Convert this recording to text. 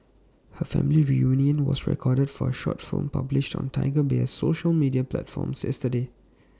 her family reunion was recorded for A short film published on Tiger Beer's social media platforms yesterday